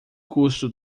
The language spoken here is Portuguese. custo